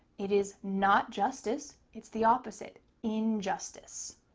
it is not justice. it's the opposite, injustice.